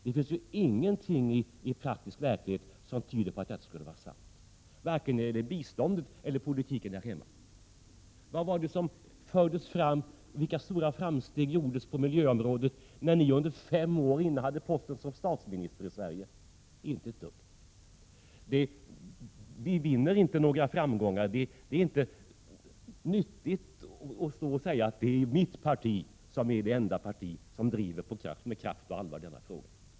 Det finns ju ingenting i praktisk verklighet som tyder på att detta skulle vara sant, varken när det gäller biståndet eller politiken här hemma. Vilka stora framsteg gjordes på miljöområdet när ni under fem år innehade posten som statsminister i Sverige? Inte ett dugg! Vi vinner inte några framgångar med att stå och säga: Det är mitt parti som är det enda parti som med kraft och allvar driver denna fråga.